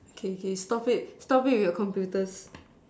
okay okay stop it stop it with your computer